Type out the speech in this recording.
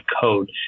code